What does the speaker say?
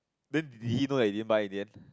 then did he know that you didn't buy in the end